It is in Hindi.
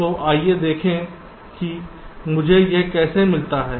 तो आइए देखें कि मुझे यह कैसे मिलता है